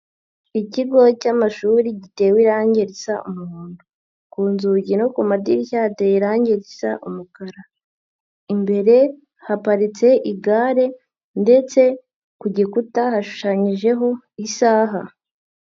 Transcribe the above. Ikigo cy'amashuri gitewe irangi risa umuhondo, ku nzugi no ku madirishya hateye irangi risa umukara, imbere haparitse igare ndetse ku gikuta hashushanyijeho isaha.